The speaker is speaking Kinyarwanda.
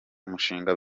umushinga